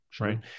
right